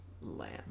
Lamb